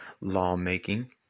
lawmaking